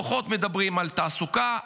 הדוחות מדברים על תעסוקה,